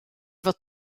fod